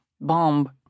bomb